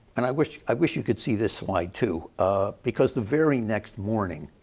and i wish i wish you could see this like too. ah because the very next morning,